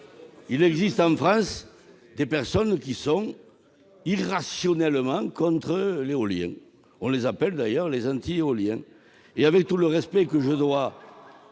il existe en France des personnes qui sont irrationnellement contre l'éolien. On les appelle d'ailleurs les anti-éoliens ! Avec tout le respect que je dois